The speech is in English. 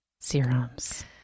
serums